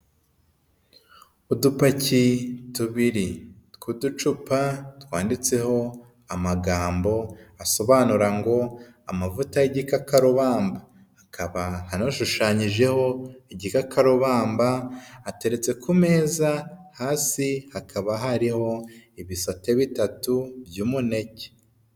Udupaki tubiri tw'uducupa twanditseho amagambo asobanura ngo amavuta y'igikakarubamba akaba anashushanyijeho igikakarubamba ateretse ku meza hasi hakaba hariho ibisate bitatu by'umuneke.